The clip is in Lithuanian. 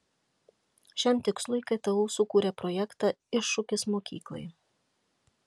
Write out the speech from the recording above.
šiam tikslui ktu sukūrė projektą iššūkis mokyklai